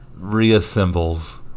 reassembles